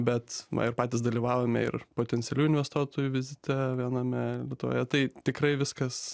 bet va ir patys dalyvaujame ir potencialių investuotojų vizite viename lietuvoje tai tikrai viskas